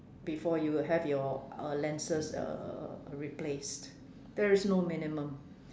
before you have your uh lenses uh uh replaced there is no minimum